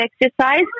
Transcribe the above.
exercise